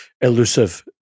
elusive